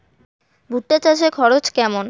ভুট্টা চাষে খরচ কেমন?